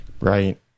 Right